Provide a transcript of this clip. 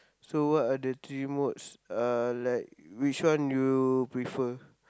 so what are the three modes uh like which one your prefer